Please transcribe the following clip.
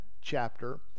chapter